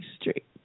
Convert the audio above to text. Street